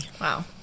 Wow